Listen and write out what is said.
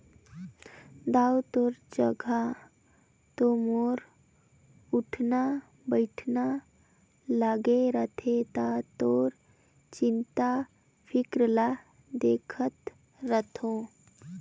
दाऊ तोर जघा तो मोर उठना बइठना लागे रथे त तोर चिंता फिकर ल देखत रथें